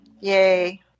Yay